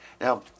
Now